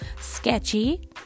sketchy